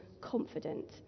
confident